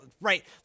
right